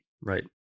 Right